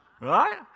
Right